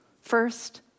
first